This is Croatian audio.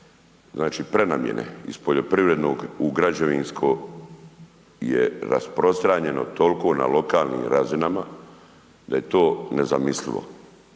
znači prenamjene iz poljoprivrednog u građevinsko je rasprostranjeno toliko na lokalnim razinama da je to nezamislivo.